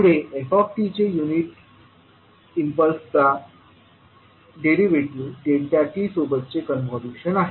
पुढे ft चे unit इम्पल्सचा डेरिव्हेटिव्ह t सोबतचे कॉन्व्होल्यूशन आहे